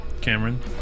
Cameron